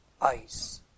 Ice